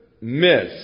miss